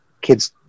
kids